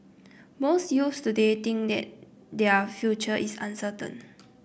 most youths today think that their future is uncertain